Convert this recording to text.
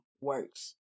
works